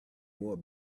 more